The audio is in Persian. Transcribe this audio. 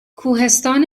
کوهستان